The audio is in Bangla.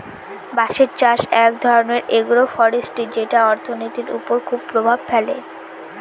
বাঁশের চাষ এক ধরনের এগ্রো ফরেষ্ট্রী যেটা অর্থনীতির ওপর খুব প্রভাব ফেলে